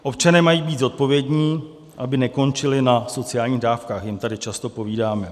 Občané mají být zodpovědní, aby nekončili na sociálních dávkách, jim tady často povídáme.